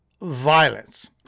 violence